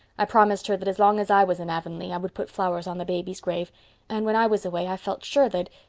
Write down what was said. i promised her that as long as i was in avonlea i would put flowers on the baby's grave and when i was away i felt sure that.